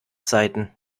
zeiten